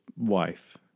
wife